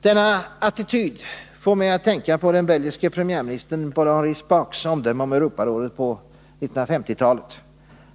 Denna attityd får mig att tänka på den belgiske premiärministern Paul-Henri Spaaks omdöme om Europarådet på 1950-talet.